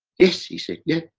yes! he said, yeah.